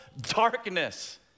darkness